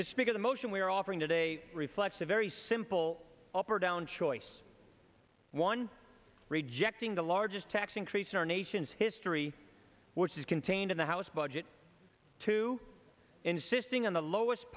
michigan the motion we are offering today reflects a very simple up or down choice one rejecting the largest tax increase in our nation's history which is contained in the house budget two insisting on the lowest